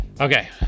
Okay